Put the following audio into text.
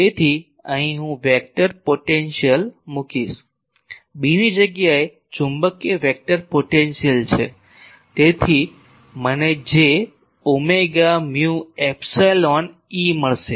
તેથી અહીં હું વેક્ટર પોટેન્શિયલ મૂકીશ Bની જગ્યાએ ચુંબકીય વેક્ટર પોટેન્શિયલ છે તેથી મને j omega mu epsilon E મળશે